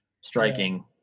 striking